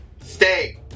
Stay